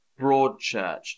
Broadchurch